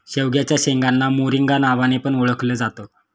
शेवग्याच्या शेंगांना मोरिंगा नावाने पण ओळखल जात